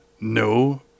No